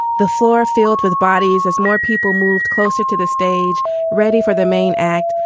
the floor filled with bodies as more people moved closer to the stage ready for the main act.